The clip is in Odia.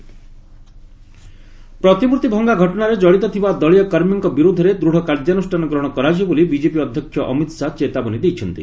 ଅମିତ୍ ଶାହା ଷ୍ଟାଚ୍ୟ ପ୍ରତିମୂର୍ତ୍ତି ଭଙ୍ଗା ଘଟଣାରେ ଜଡ଼ିତ ଥିବା ଦଳୀୟ କର୍ମୀଙ୍କ ବିରୋଧରେ ଦୂଢ଼ କାର୍ଯ୍ୟାନୁଷ୍ଠାନ ଗ୍ରହଣ କରାଯିବ ବୋଲି ବିଜେପି ଅଧ୍ୟକ୍ଷ ଅମିତ୍ ଶାହା ଚେତାବନୀ ଦେଇଛନ୍ତି